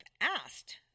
asked